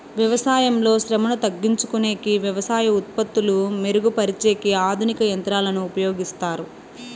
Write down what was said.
వ్యవసాయంలో శ్రమను తగ్గించుకొనేకి వ్యవసాయ ఉత్పత్తులు మెరుగు పరిచేకి ఆధునిక యంత్రాలను ఉపయోగిస్తారు